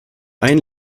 ein